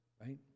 right